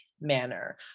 manner